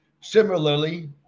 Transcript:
Similarly